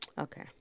Okay